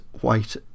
white